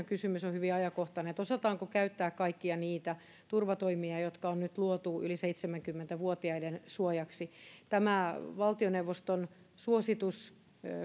kysymys on hyvin ajankohtainen että osataanko käyttää kaikkia niitä turvatoimia jotka on nyt luotu yli seitsemänkymmentä vuotiaiden suojaksi valtioneuvoston suositus